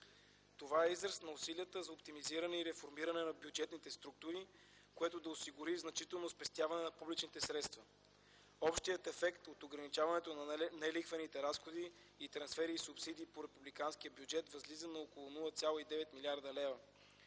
Това е израз на усилията за оптимизиране и реформиране на бюджетните структури, което да осигури значително спестяване на публичните средства. Общият ефект от ограничаването на нелихвените разходи, трансфери и субсидии по републиканския бюджет възлиза на около 0,9 милиарда лева.